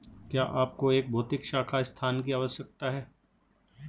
क्या आपको एक भौतिक शाखा स्थान की आवश्यकता है?